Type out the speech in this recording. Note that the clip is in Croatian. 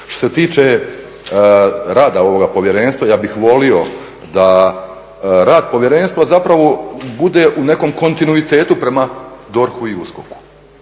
Što se tiče rada ovoga povjerenstva ja bih volio da rad povjerenstva zapravo bude u nekom kontinuitetu prema DORH-u i USKOK-u